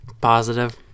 Positive